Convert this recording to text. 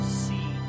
see